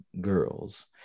girls